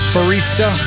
Barista